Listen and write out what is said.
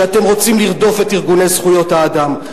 שאתם רוצים לרדוף את ארגוני זכויות האדם,